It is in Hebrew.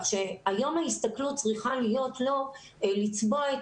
היום ההסתכלות צריכה להיות לא לצבוע את